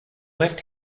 left